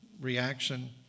reaction